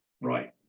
right